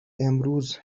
امروز